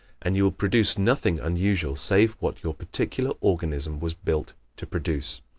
and you will produce nothing unusual save what your particular organism was built to produce.